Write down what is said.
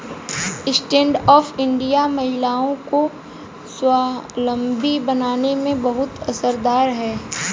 stand up India महिलाओं को स्वावलम्बी बनाने में बहुत असरदार है